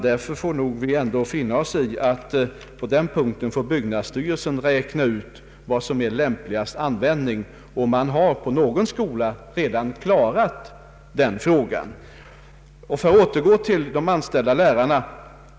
Därför får vi nog ändå finna oss i att byggnadsstyrelsen får räkna ut lämpligaste användning. På någon skola har det problemet redan lösts. Jag återgår till de anställda lärarna.